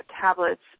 tablets